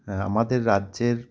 হ্যাঁ আমাদের রাজ্যের